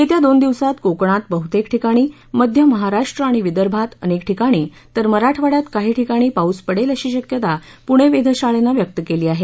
येत्या दोन दिवसात कोकणात बहतेक ठिकाणी मध्य महाराष्ट्र आणि विदर्भात अनेक ठिकाणी तर मराठवाङ्यात काही ठिकाणी पाऊस पडेल अशी शक्यता पूणे वेधशाळेनं व्यक्त केली आहे